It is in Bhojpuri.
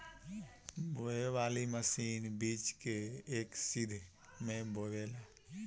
बोवे वाली मशीन बीज के एक सीध में बोवेले